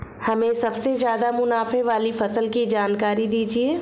हमें सबसे ज़्यादा मुनाफे वाली फसल की जानकारी दीजिए